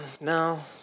no